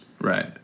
right